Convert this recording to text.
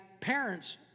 parents